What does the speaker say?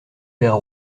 père